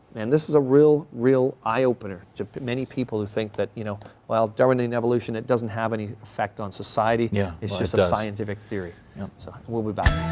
and this is a real, real eye opener to many people think that you know well darwinian evolution it doesn't have any effect on society, yeah it's just a scientific theory. we'll be back.